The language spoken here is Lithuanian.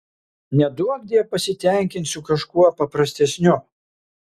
neduokdie pasitenkinsiu kažkuo paprastesniu